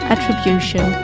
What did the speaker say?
Attribution